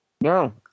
No